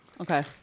Okay